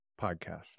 podcast